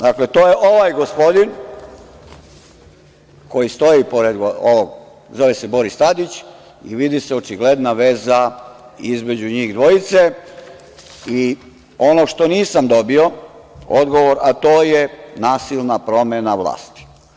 Dakle, to je ovaj gospodin, zove se Boris Tadić i vidi se očigledna veza između njih dvojice i ono na šta nisam dobio odgovor, a to je nasilna promena vlasti.